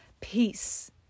peace